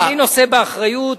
אני נושא באחריות.